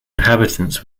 inhabitants